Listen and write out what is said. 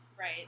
Right